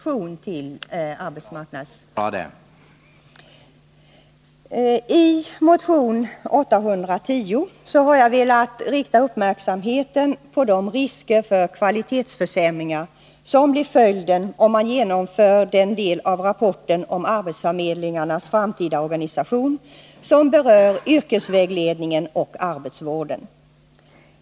I motion 810 har jag velat rikta uppmärksamheten på de risker för kvalitetsförsämringar som blir följden om man genomför den del av rapporten om arbetsförmedlingarnas framtida organisation som berör yrkesvägledningen och arbetsvården.